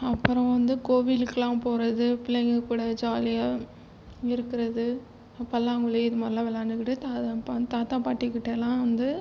அப்புறம் வந்து கோவிலுக்குலாம் போகிறது பிள்ளைங்க கூட ஜாலியாக இருக்கிறது பல்லாங்குழி இது மாதிரிலாம் விளாண்டுக்கிட்டு தாத்தா பா தாத்தா பாட்டிக்கிட்டலாம் வந்து